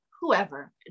whoever